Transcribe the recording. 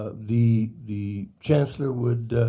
ah the the chancellor would